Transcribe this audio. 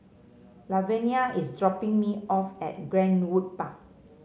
Lavenia is dropping me off at Greenwood Bar